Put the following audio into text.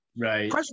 Right